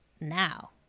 now